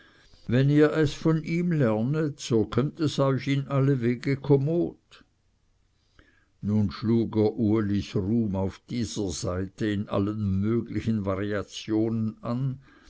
wenn ihr es von ihm lernet so kömmt es euch in alle wege kommod nun schlug er ulis ruhm auf dieser saite in allen möglichen variationen an